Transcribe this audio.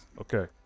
Okay